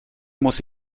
muss